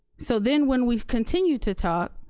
so then when we've continued to talk,